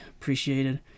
appreciated